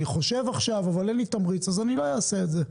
חושב עכשיו אבל אין לי תמריץ אז אני לא אעשה את זה.